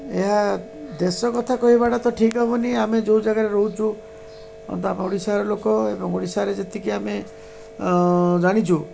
ଏହା ଦେଶ କଥା କହିବାଟା ତ ଠିକ୍ ହେବନି ଆମେ ଯେଉଁ ଜାଗାରେ ରହୁଛୁ ଆମେ ତ ଆମ ଓଡ଼ିଶାର ଲୋକ ଏବଂ ଓଡ଼ିଶାରେ ଯେତିକି ଆମେ ଜାଣିଛୁ